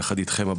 יחד איתכם,